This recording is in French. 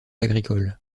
agricole